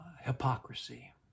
hypocrisy